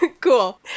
Cool